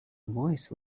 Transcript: voice